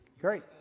Great